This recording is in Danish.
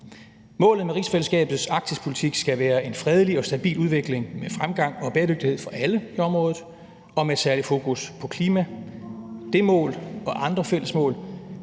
Målet med rigsfællesskabets arktispolitik skal være en fredelig og stabil udvikling med fremgang og bæredygtighed for alle i området og med et særligt fokus på klima. Det mål og andre fælles mål